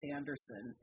Anderson